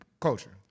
culture